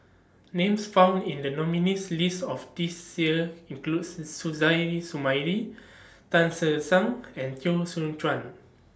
Names found in The nominees' list of This Year includes Suzairhe Sumari Tan Che Sang and Teo Soon Chuan